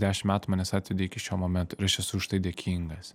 dešim metų manęs atvedė iki šio momento ir aš esu už tai dėkingas